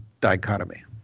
dichotomy